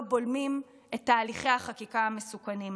בולמים את תהליכי החקיקה המסוכנים האלה.